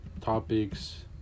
Topics